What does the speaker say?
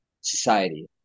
society